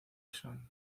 sean